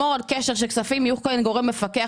שוועדת הכספים תהיה כאן גורם מפקח,